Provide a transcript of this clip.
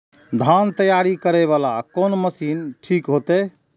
धान तैयारी करे वाला कोन मशीन ठीक होते?